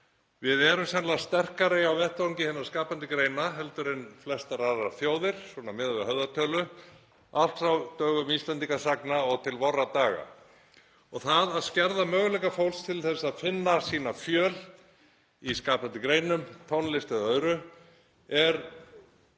Við erum sennilega sterkari á vettvangi hinna skapandi greina heldur en flestar aðrar þjóðir miðað við höfðatölu, allt frá dögum Íslendingasagna og til vorra daga. Það að skerða möguleika fólks til að finna sína fjöl í skapandi greinum, tónlist eða öðru er